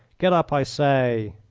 get up, i say,